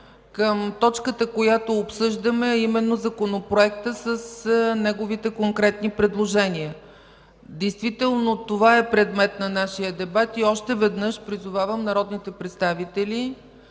към точката, която обсъждаме, а именно Законопроекта с неговите конкретни предложения. Действително това е предмет на нашия дебат. Още веднъж призовавам народните представители